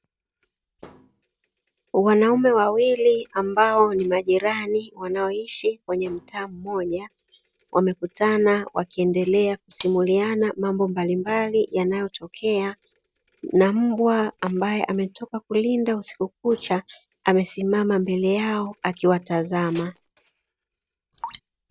Wanaume wawili ambao ni majirani wanaoishi kwenye mtaa mmoja, wamekutana wakiendelea kusimuliana mambo mbalimbali yanayotokea, na mbwa ambaye ametoka kulinda usiku kucha, amesimama mbele yao akiwatazama.